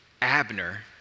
Abner